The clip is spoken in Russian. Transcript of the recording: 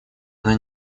она